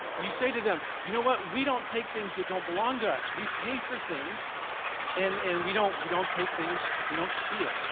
you say to them, you know what, we don't take things that don't belong to us, we pay for things and and we don't we don't take things, we don't steal.